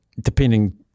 depending